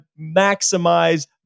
maximize